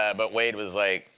ah but wade was like,